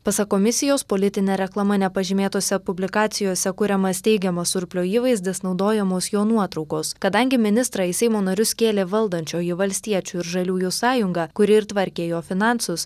pasak komisijos politine reklama nepažymėtose publikacijose kuriamas teigiamas surplio įvaizdis naudojamos jo nuotraukos kadangi ministrą į seimo narius kėlė valdančioji valstiečių ir žaliųjų sąjunga kuri ir tvarkė jo finansus